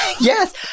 Yes